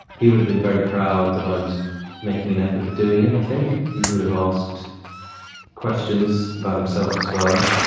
he would have been very proud that i was making an effort of doing it i think. he would have asked questions about himself as well.